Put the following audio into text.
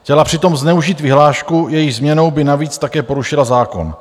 Chtěla přitom zneužít vyhlášku, jejíž změnou by navíc také porušila zákon.